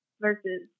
versus